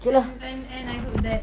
and and I hope that